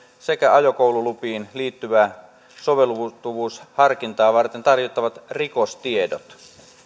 sekä autokoululupiin liittyvää soveltuvuusharkintaa varten tarvittavat rikostiedot